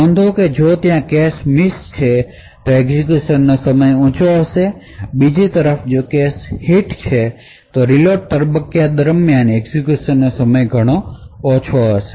નોંધો કે જો ત્યાં કેશ મિસ છે તો એક્ઝેક્યુશનનો સમય ઉંચો હશે બીજી તરફ જો કેશ હિટ થાય છે તો રીલોડ તબક્કા દરમિયાન એક્ઝેક્યુશનનો સમય ઘણો ઓછો હશે